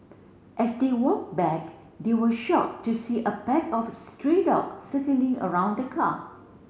as they walked back they were shocked to see a pack of stray dogs circling around the car